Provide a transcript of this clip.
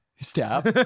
Stop